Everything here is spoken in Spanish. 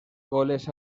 goles